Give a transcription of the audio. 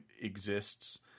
exists